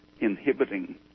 inhibiting